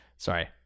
Sorry